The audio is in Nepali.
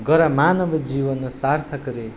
गर मानव जीवन सार्थक रे